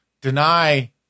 deny